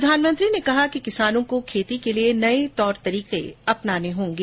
प्रधानमंत्री ने कहा कि किसानों को खेती के लिए नए तौर तरीकें अपनाने होगें